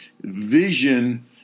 vision